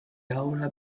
laura